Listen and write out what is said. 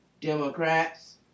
Democrats